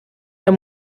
der